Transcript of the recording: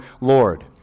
Lord